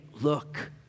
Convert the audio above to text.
look